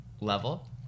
level